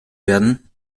werden